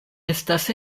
estas